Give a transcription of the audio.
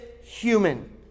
human